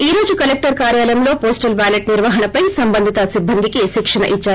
ఈ రోజు కలెక్లర్ కార్యాలయంలో పోస్లల్ బ్యాలెట్ నిర్వహణపై సంబందిత సిబ్బందికి శిక్షణ ఇద్పారు